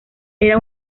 era